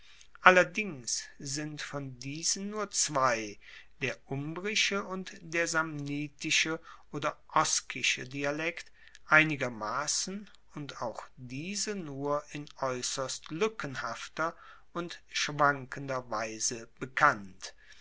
allerdings sind von diesen nur zwei der umbrische und der samnitische oder oskische dialekt einigermassen und auch diese nur in aeusserst lueckenhafter und schwankender weise bekannt